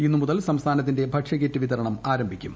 ഇന്ന് മുതൽ സംസ്ഥാനത്തിന്റെ ഭക്ഷ്യ കിറ്റ് വിതരണം ആരംഭിക്കും